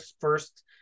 first